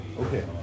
Okay